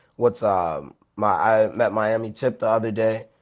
what's my. i let miami tip the other day?